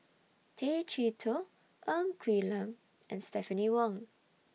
Tay Chee Toh Ng Quee Lam and Stephanie Wong